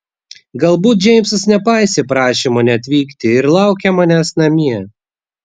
galbūt džeimsas nepaisė prašymo neatvykti ir laukia manęs namie